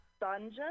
Dungeon